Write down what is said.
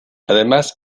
además